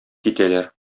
китәләр